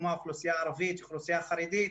כמו האוכלוסייה הערבי והאוכלוסייה החרדית,